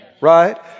Right